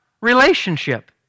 Relationship